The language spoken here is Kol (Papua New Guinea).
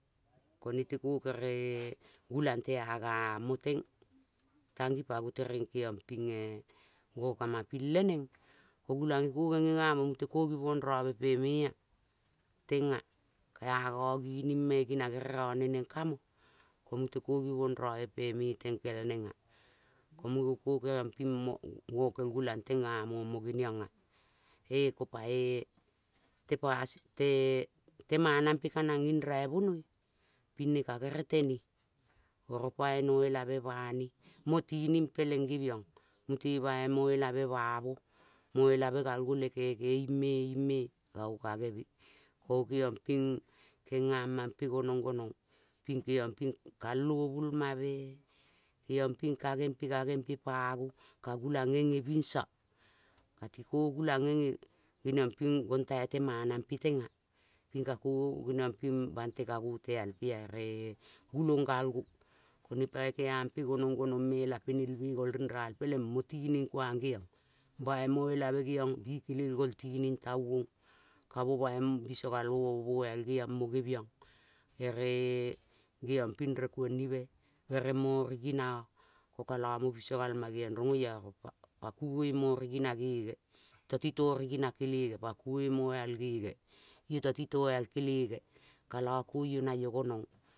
Ko nete ke kere-e gulang nga mo teng, ka ngi pa ngo tereng ngo kamapim le neng, ka gulang nge ko ngeng nge nga ngo, muteko girong robe pe me-e ea tang ea. Ka ea ngo nging me nging na kere rone neng ka mo, ko mute ko givong robe pe me-e tang kel neng nga. Ko munge ko genion ping ngo kel gulang leng nga mo-o nge niong ea. Ee, ko pa ea temana pe ka nag nging raibenoi. Ping nete ka gerel tere oro pai noal elabe ba ne, mo tining peleng gebiong, mute bai mo elabe ba mo. Moelabe gal ngo le keke ing me ing me-e kango nga nge me. Ko ngo kengiong ping keng nga mampe ngonong. Ping kengiong ping kalobul ma me, kengiong ping nga nge ma mpe pa ngo ka gulang nge biso. Ka ti ko gulang ngeng nge, gongtai te mana mpe teng eng a ping ka ko geniong ping bante ka ngo teal pe ea ere-e gulang gal ngo. Ko ne pai kena mpe gonong gonong me la penelve gol renre ra ne peleng mo tining kuang gaong ba mo elabe ge iong ti bikelel gol tining tai uong ka mo bai biso gal mo mo moal geiong mo gebiong. Ere-e geiong ping re kuong nibe, bere mo nnao ke ka lo mo biso galma geiong rong oia, pa kumoi mo nna ge ne to ti to nna kele nge pa kumoi moal ge nge. Io to ti to eal kele nge. Ka lo ke io no io gonong.